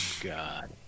God